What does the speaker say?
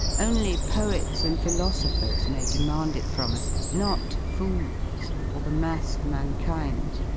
only poets and philosophers may demand it from us, not fools, or the mass of mankind.